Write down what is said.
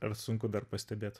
ar sunku dar pastebėt